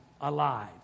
alive